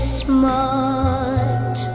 smart